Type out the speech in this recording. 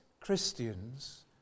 Christians